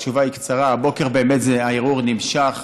התשובה היא קצרה: הבוקר הערעור נמשך,